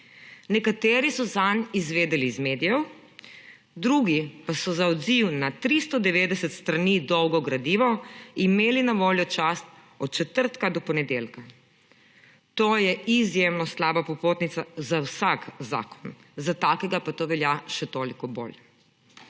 Nekateri so zanj izvedeli iz medijev, drugi pa so za odziv na 390 strani dolgo gradivo imeli na voljo čas od četrtka do ponedeljka. To je izjemno slaba popotnica za vsak zakon, za takega pa to velja še toliko bolj.